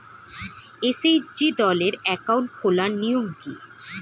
SHG দলের account খোলার নিয়ম কী?